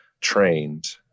trained